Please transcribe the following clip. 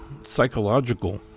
psychological